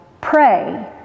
pray